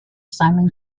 simon